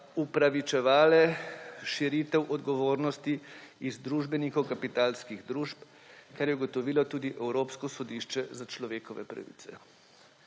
upravičevale širitev odgovornosti z družbenikov kapitalskih družb, kar je ugotovilo tudi Evropsko sodišče za človekove pravice.